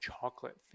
chocolate